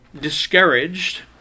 discouraged